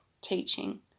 teaching